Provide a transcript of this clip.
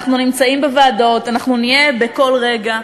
אנחנו נמצאים בוועדות, אנחנו נהיה בכל רגע.